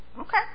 Okay